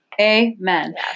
Amen